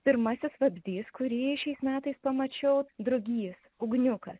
pirmasis vabzdys kurį šiais metais pamačiau drugys ugniukas